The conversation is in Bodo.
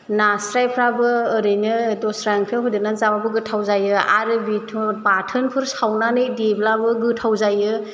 नास्रायफ्राबो ओरैनो दस्रा ओंख्रियाव होदेरनानै जाबाबो गोथाव जायो आरो बेथ' बाथोनफोर सावनानै देब्लाबो गोथाव जायो